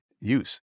use